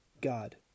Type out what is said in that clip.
God